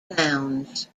nouns